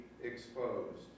Exposed